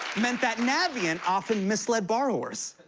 meant that navient often misled borrowers.